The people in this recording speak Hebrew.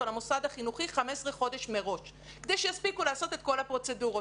למוסד החינוכי 15 חודשים מראש כדי שיספיקו לעשות את כל הפרוצדורות.